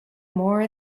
more